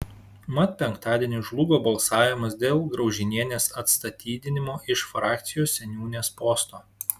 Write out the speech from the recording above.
mat penktadienį žlugo balsavimas dėl graužinienės atstatydinimo iš frakcijos seniūnės posto